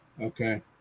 Okay